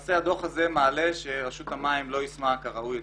למעשה הדוח הזה מעלה שרשות המים לא יישמה כראוי את